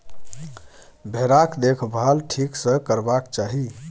भेराक देखभाल ठीक सँ करबाक चाही